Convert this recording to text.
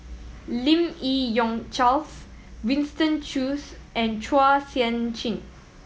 Lim Yi Yong Charles Winston Choos and Chua Sian Chin